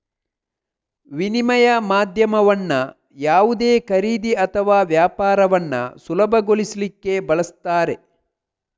ವಿನಿಮಯ ಮಾಧ್ಯಮವನ್ನ ಯಾವುದೇ ಖರೀದಿ ಅಥವಾ ವ್ಯಾಪಾರವನ್ನ ಸುಲಭಗೊಳಿಸ್ಲಿಕ್ಕೆ ಬಳಸ್ತಾರೆ